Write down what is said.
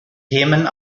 themen